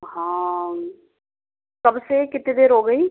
हाँ कब से कितनी देर हो गई